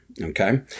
okay